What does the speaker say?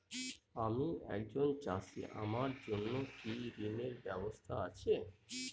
আমি একজন চাষী আমার জন্য কি ঋণের ব্যবস্থা আছে?